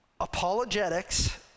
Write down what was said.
apologetics